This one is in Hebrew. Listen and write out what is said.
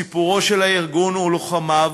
סיפורו הארגון ולוחמיו.